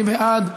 מי בעד?